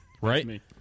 Right